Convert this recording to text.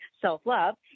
self-love